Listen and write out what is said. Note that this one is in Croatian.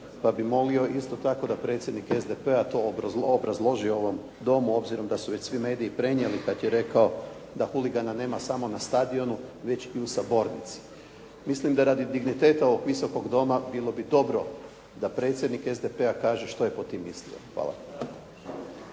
pa bih molio isto tako da predsjednik SDP-a to obrazloži ovom domu, obzirom da su već svi mediji prenijeli kad je rekao da huligana nema samo na stadionu, već i sabornici. Mislim da radi digniteta ovog visokog doma bilo bi dobro da predsjednik SDP-a kaže što je pod tim mislio. Hvala.